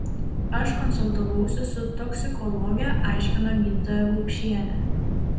aš konsultavausi su toksikologe aiškino gydytoja gaupšienė